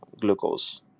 glucose